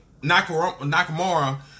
Nakamura